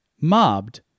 mobbed